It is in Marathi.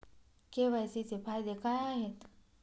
के.वाय.सी चे फायदे काय आहेत?